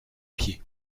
pied